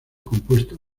compuesta